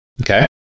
Okay